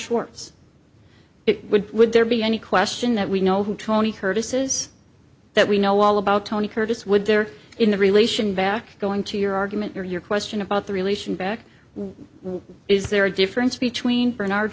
schwartz it would would there be any question that we know who tony curtis is that we know all about tony curtis would there in the relation back going to your argument or your question about the relation back is there a difference between